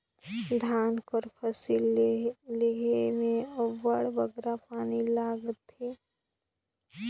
धान कर फसिल लेहे में अब्बड़ बगरा पानी लागथे